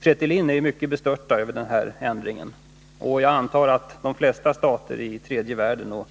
I Fretilin är man bestört över ändringen. Jag antar att de flesta stater i tredje världen och